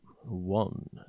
one